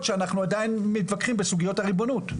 שאנחנו עדיין מתווכחים בסוגיות הריבונות.